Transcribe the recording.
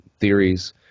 theories